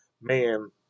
man